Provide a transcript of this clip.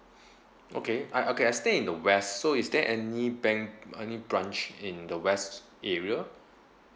okay I okay I stay in the west so is there any bank any branch in the west area